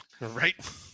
Right